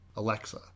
Alexa